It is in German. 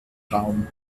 raum